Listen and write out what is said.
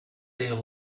eel